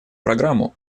программу